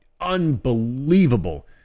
unbelievable